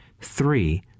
three